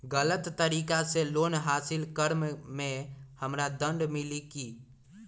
गलत तरीका से लोन हासिल कर्म मे हमरा दंड मिली कि?